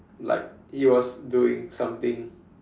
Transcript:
like he was doing something